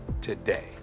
today